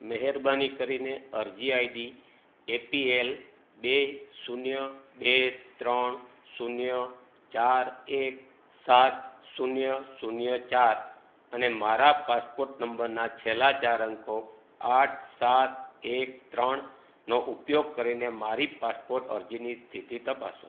મહેરબાની કરીને અરજી આઈડી એપીએલ બે શૂન્ય બે ત્રણ શૂન્ય ચાર એક સાત શૂન્ય શૂન્ય ચાર અને મારા પાસપોર્ટ નંબરના છેલ્લા ચાર અંકો આઠ સાત એક ત્રણ નો ઉપયોગ કરીને મારી પાસપોર્ટ અરજીની સ્થિતિ તપાસો